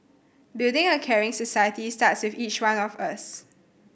building a caring society starts with each one of us